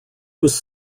was